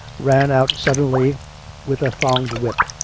ran out suddenly with a thonged whip,